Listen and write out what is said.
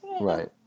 Right